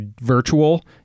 virtual